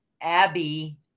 abby